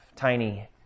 tiny